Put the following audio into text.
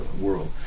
world